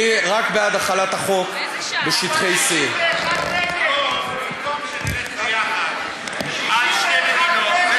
אני בעד החלת החוק רק בשטחי C. במקום שנלך יחד על שתי מדינות,